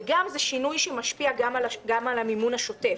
ויהיה שינוי שמשפיע גם על המימון השוטף,